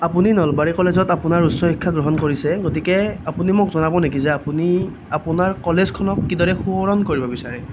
আপুনি নলবাৰী কলেজত আপোনাৰ উচ্চ শিক্ষা গ্ৰহণ কৰিছে গতিকে আপুনি মোক জনাব নেকি যে আপুনি আপোনাৰ কলেজখনক কিদৰে শুৱৰণ কৰিব বিচাৰে